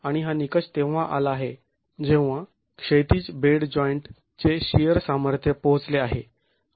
आणि हा निकष तेव्हा आला आहे जेव्हा क्षैतिज बेड जॉईंट चे शिअर सामर्थ्य पोहोचले आहे